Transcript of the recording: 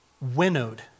winnowed